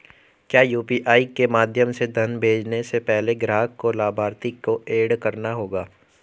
क्या यू.पी.आई के माध्यम से धन भेजने से पहले ग्राहक को लाभार्थी को एड करना होगा?